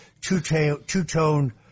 two-tone